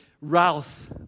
rouse